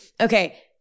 Okay